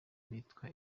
bitwa